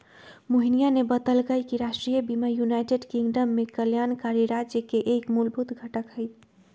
मोहिनीया ने बतल कई कि राष्ट्रीय बीमा यूनाइटेड किंगडम में कल्याणकारी राज्य के एक मूलभूत घटक हई